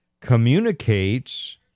communicates